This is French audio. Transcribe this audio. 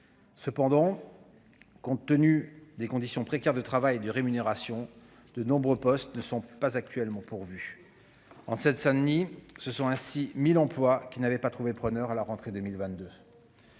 Cependant, compte tenu des conditions de travail précaires et des faibles rémunérations, de nombreux postes ne sont actuellement pas pourvus. En Seine-Saint-Denis, ce sont ainsi 1 000 emplois qui n'avaient pas trouvé preneur à la rentrée 2022.